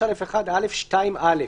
ל-3א1א2א.